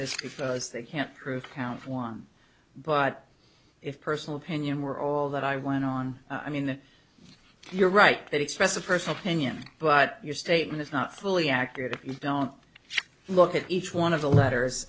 if they can't prove count one but if personal opinion were all that i went on i mean you're right that express a personal opinion but your statement is not fully accurate if you don't look at each one of the letters